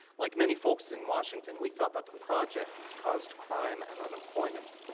like many folks in washington, we felt that the projects caused crime and unemployment.